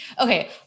Okay